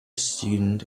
student